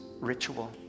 ritual